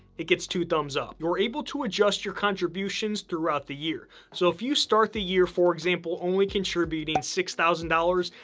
it gets two thumbs up. you're able to adjust your contributions throughout the year. so if you start the year, for example, only contributing six thousand dollars,